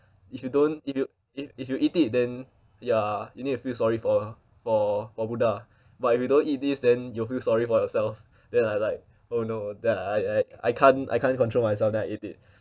if you don't if you if if you eat it then ya you need to feel sorry for for for buddha but if you don't eat this then you'll feel sorry for yourself then I like oh no that I I I can't I can't control myself then I eat it